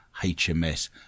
HMS